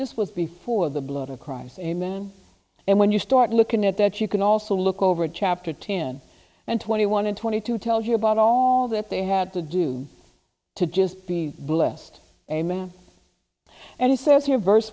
this was before the blood of christ amen and when you start looking at that you can also look over at chapter ten and twenty one and twenty two tells you about all that they had to do to just be blessed a man and it says here vers